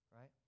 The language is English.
right